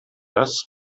das